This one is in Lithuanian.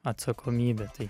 atsakomybė tai